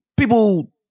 people